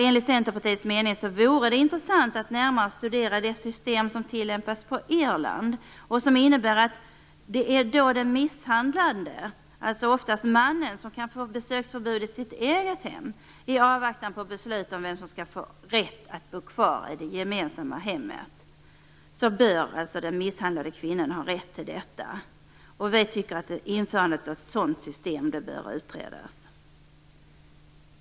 Enligt Centerpartiets mening vore det intressant att närmare studera det system som tillämpas i Irland och som innebär att det är den misshandlande, alltså oftast mannen, som kan få besöksförbud i sitt eget hem. I avvaktan på beslut om vem som skall få rätt att bo kvar i det gemensamma hemmet bör den misshandlade kvinnan ha rätt till detta. Vi tycker att införandet av ett sådant system bör utredas.